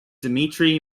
dimitri